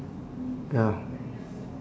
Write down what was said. ya